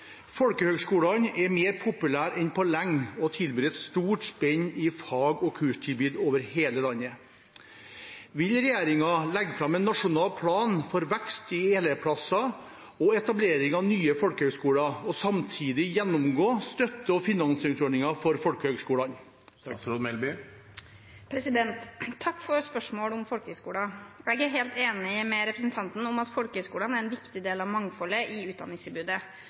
Folkehøgskolene er mer populære enn på lenge og tilbyr et stort spenn i fag- og kurstilbud over hele landet. Vil regjeringen legge frem en nasjonal plan for vekst i elevplasser og etablering av nye folkehøgskoler, og samtidig gjennomgå støtte- og finansieringsordningene for folkehøgskolene?» Takk for spørsmål om folkehøgskoler. Jeg er helt enig med representanten i at folkehøgskolene er en viktig del av mangfoldet i utdanningstilbudet.